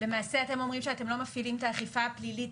למעשה אתם אומרים שאתם לא מפעילים את האכיפה הפלילית